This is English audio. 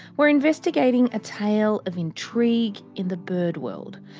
we're investigating a tale of intrigue in the bird world,